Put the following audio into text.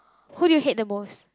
who do you hate the most